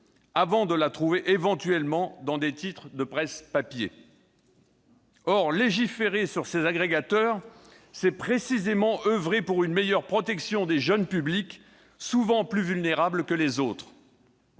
ensuite seulement, éventuellement, des titres de presse papier. Or légiférer sur ces agrégateurs, c'est précisément oeuvrer pour une meilleure protection des jeunes publics, souvent plus vulnérables que les autres.